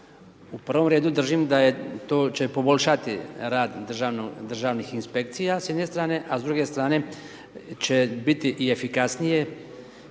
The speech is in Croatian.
U prvom redu držim da će to poboljšati rad Državnih inspekcija s jedne strane, a s druge strane će biti i efikasnije